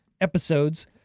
episodes